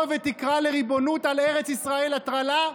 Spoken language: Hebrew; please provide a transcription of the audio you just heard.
ותקרא לריבונות על ארץ ישראל "הטרלה"?